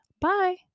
Bye